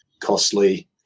costly